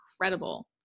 incredible